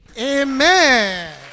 Amen